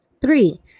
Three